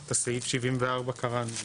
את סעיף 74 קראנו.